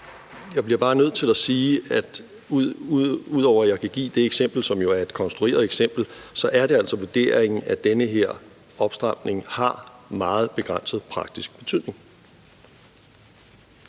Jeg bliver bare nødt til at sige, at udover, at jeg kan give det eksempel, som jo er et konstrueret eksempel, er det altså vurderingen, at den her opstramning har meget begrænset praktisk betydning.